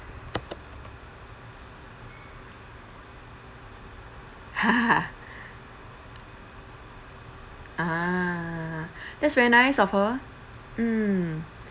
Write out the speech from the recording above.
ah that's very nice of her mm